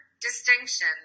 distinction